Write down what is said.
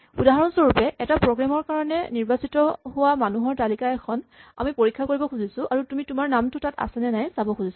উদাহৰণস্বৰূপে এটা প্ৰগ্ৰেম ৰ কাৰণে নিৰ্বাচিত হোৱা মানুহৰ তালিকা এখন আমি পৰীক্ষা কৰিব খুজিছো আৰু তুমি তোমাৰ নামটো তাত আছেনে নাই চাব খুজিছা